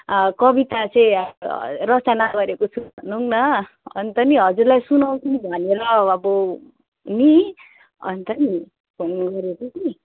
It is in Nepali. अँ कविता चाहिँ रचना गरेको छु भनौँ न अन्त हजुरलाई सुनाउँ कि भनेर अब नि अन्त नि फोन गरेको कि